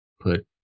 put